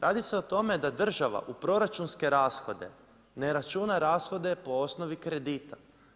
Radi se o tome da država u proračunske rashode ne računa rashode po osnovi kredita.